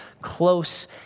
close